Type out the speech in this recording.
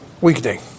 weekday